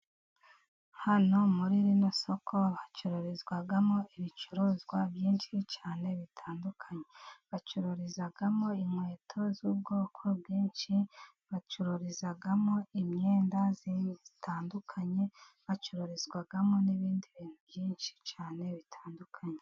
Hano muri rino soko hacururizwamo ibicuruzwa byinshi cyane bigiye bitandukanye. Bacururizamo inkweto z'ubwoko bwinshi, bacururizamo imyenda itandukanye, hacururizwamo n'ibindi bintu byinshi cyane bitandukanye.